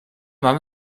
mamy